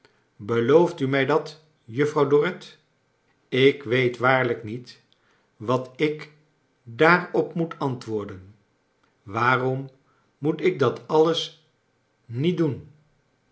belooft u mij dat juffrouw dorrit ik weet waarlijk niet wat ik daarop moet antwoorden waarom moet ik dat alles niet doen